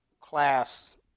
class